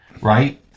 right